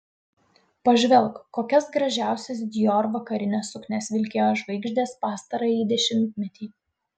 pažvelk kokias gražiausias dior vakarines suknias vilkėjo žvaigždės pastarąjį dešimtmetį